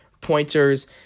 pointers